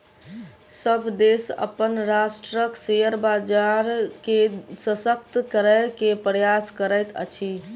सभ देश अपन राष्ट्रक शेयर बजार के शशक्त करै के प्रयास करैत अछि